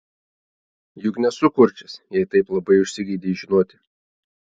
juk nesu kurčias jei taip labai užsigeidei žinoti